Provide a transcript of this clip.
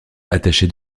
attaché